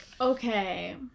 okay